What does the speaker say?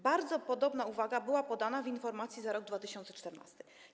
Bardzo podobna uwaga była podana w informacji za rok 2014.